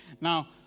Now